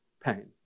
pain